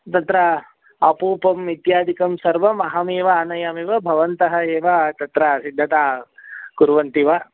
तत्र अपूपम् इत्यादिकं सर्वम् अहमेव आनयामि वा भवन्तः एव तत्र सिद्धतां कुर्वन्ति वा